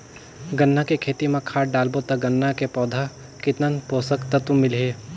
गन्ना के खेती मां खाद डालबो ता गन्ना के पौधा कितन पोषक तत्व मिलही?